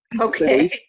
Okay